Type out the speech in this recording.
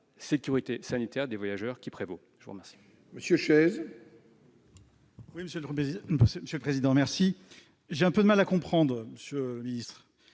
sécurité sanitaire des voyageurs qui prévaut.